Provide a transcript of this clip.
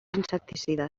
insecticides